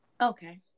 Okay